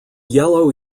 yellow